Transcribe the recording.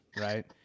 right